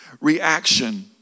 reaction